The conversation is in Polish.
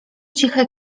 ciche